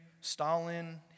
Stalin